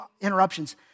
interruptions